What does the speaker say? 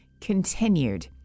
continued